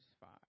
five